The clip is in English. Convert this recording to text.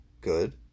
good